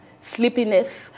sleepiness